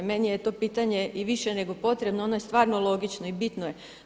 Meni je to pitanje i više nego potrebno, ono je stvarno logično i bitno je.